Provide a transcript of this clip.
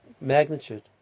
magnitude